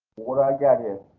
what i got here?